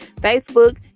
Facebook